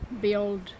build